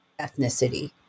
ethnicity